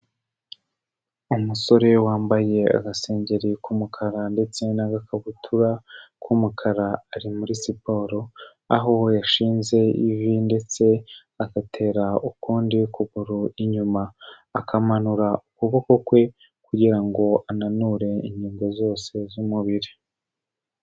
Umusore wambaye agasengeri k'umukara ndetse n'agakabutura k'umukara ari muri siporo, aho we yashinze ivi ndetse agatera ukundi kuguru inyuma, akamanura ukuboko kwe kugira ngo ananure ingingo zose z'umubiri.